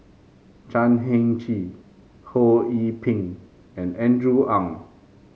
Chan Heng Chee Ho Yee Ping and Andrew Ang